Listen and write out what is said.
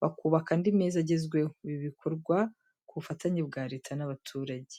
bakubaka andi meza agezweho. Ibi bikorwa ku bufatanye bwa leta n'abaturage.